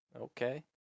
Okay